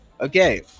okay